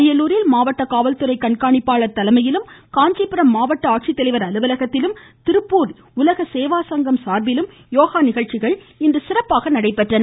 அரியலூரில் மாவட்ட காவல்துறை கண்காணிப்பாளர் தலைமையிலும் காஞ்சிபுரம் மாவட்ட ஆட்சித்தலைவர் அலுவலகத்திலும் திருப்பூரில் உலக சேவா சங்கம் சார்பிலும் யோகா நிகழ்ச்சிகள் இன்று சிறப்பாக நடைபெற்றன